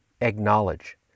acknowledge